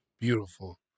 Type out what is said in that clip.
Beautiful